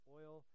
oil